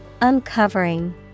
Uncovering